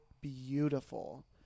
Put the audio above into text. beautiful